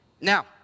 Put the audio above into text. Now